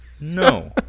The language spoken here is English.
no